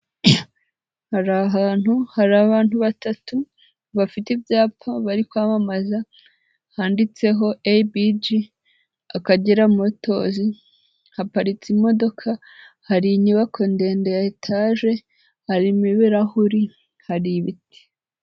Hari ahantu hari abantu batatu, bafite ibyapa bari kwamamaza handitseho eyibiji Akagera motozi, haparitse imodoka, hari inyubako ndende ya etaje, harimo ibirahuri, hari ibiti.